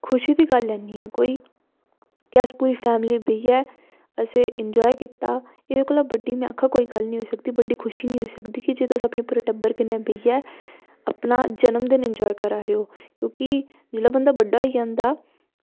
खुशी दी गल्ल निं ऐ कोई तुस पूरी फैमिली बेहियै असें एंजॉय कीता एह्दे कोला बड्डी में आक्खना कोई गल्ल निं होई सकदी ते बड्डी खुशी निं होई सकदी की जे तुस अपने पूरे टब्बर कन्नै बेहियै अपना जनम दिन एंजॉय करा दे ओ क्युंकि जेल्लै बंदा बड्डा होई जंदा